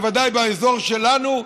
בוודאי באזור שלנו,